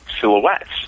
silhouettes